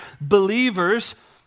believers